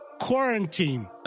quarantine